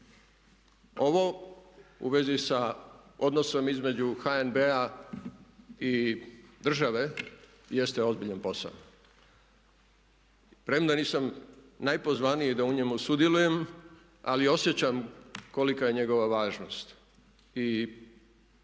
Ovo u vezi sa odnosom između HNB-a i države jeste ozbiljan posao. Premda nisam najpozvaniji da u njemu sudjelujem ali osjećam kolika je njegova važnost.